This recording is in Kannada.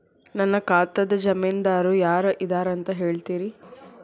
ನನ್ನ ಖಾತಾದ್ದ ಜಾಮೇನದಾರು ಯಾರ ಇದಾರಂತ್ ಹೇಳ್ತೇರಿ?